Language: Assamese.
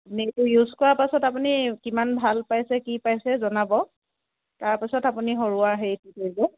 মানে এইটো ইউজ কৰাৰ পাছত আপুনি কিমান ভাল পাইছে কি পাইছে জনাব তাৰ পাছত আপুনি সৰোৱাৰ হেৰিটো কৰিব